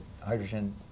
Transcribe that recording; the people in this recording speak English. hydrogen